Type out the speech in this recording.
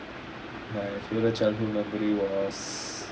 my favourite childhood memory was